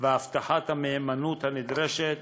והבטחת המהימנות הנדרשת